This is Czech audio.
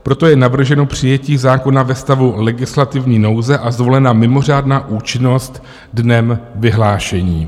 Proto je navrženo přijetí zákona ve stavu legislativní nouze a zvolena mimořádná účinnost dnem vyhlášení.